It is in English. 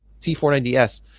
t490s